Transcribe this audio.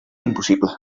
impossible